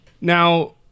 now